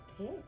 Okay